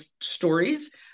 stories